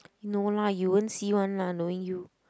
no lah you won't see one lah knowing you